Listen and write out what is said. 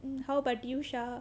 um how about you sher